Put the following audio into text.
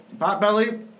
Potbelly